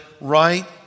right